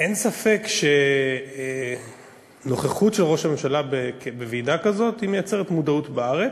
אין ספק שנוכחות של ראש הממשלה בוועידה כזאת מייצרת מודעות בארץ,